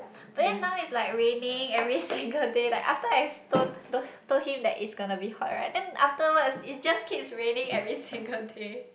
then now is like raining every single day like after I told told told him that it's gonna be hot right then afterwards it just keeps raining every single day